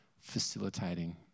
facilitating